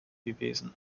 gewesen